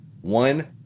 One